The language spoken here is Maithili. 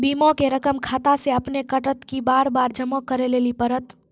बीमा के रकम खाता से अपने कटत कि बार बार जमा करे लेली पड़त?